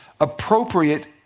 Appropriate